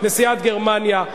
נשיאת גרמניה,